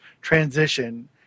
transition